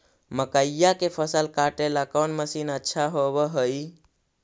मकइया के फसल काटेला कौन मशीन अच्छा होव हई?